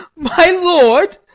my lord!